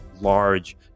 large